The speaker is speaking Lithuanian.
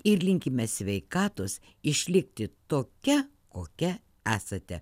ir linkime sveikatos išlikti tokia kokia esate